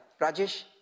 Rajesh